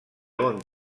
bon